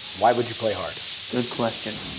why would you play hard good question.